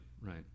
right